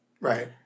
right